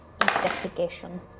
investigation